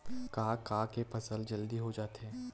का का के फसल जल्दी हो जाथे?